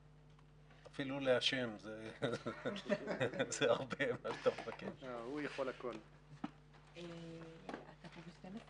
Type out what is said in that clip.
10:32.